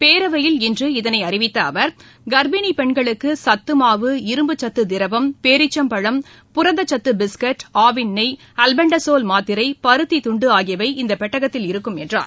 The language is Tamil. பேரவையில் இன்று இதளை அறிவித்த அவர் கர்ப்பிணி பெண்களுக்கு சத்தமாவு இரும்புச்சத்து திரவம் பேரிச்சைப்பழம் புரதச்சத்து பிஸ்கெட் ஆவின் நெய் ஆல்பெண்ட்சோல் மாத்திரை பருத்தி துண்டு ஆகியவை இந்த பெட்டகத்தில் இருக்கும் என்றார்